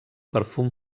perfum